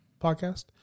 Podcast